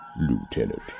Lieutenant